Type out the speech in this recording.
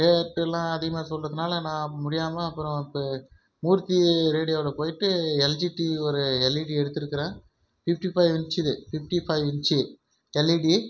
ரேட்டெலாம் அதிகமாக சொல்வதுனால நான் முடியாமல் அப்புறம் இப்போ மூர்த்தி ரேடியோவில் போயிட்டு எல்ஜி டிவி ஒரு எல்இடி எடுத்திருக்குறேன் ஃபிஃப்டி ஃபைவ் இன்ச்சுக்கு ஃபிப்டி ஃபைவ் இன்ச்சு எல்இடி